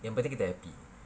yang penting kita happy